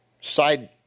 side